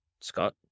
Scott